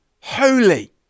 holy